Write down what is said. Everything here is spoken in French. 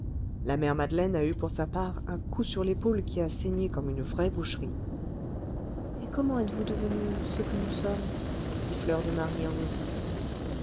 la mère madeleine a eu pour sa part un coup sur l'épaule qui a saigné comme une vraie boucherie et comment êtes-vous devenue ce que nous sommes dit fleur de marie en hésitant